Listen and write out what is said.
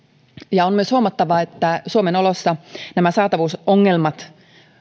on myös huomattavaa että suomen oloissa nämä saatavuusongelmat